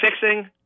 fixing